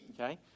okay